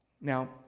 Now